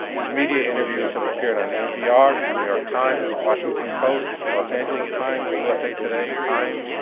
his media interviews have appeared on npr, the new york times, washington post, los angeles times, usa today, time,